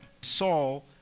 Saul